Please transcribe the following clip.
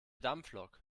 dampflok